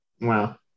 Wow